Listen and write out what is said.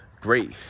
great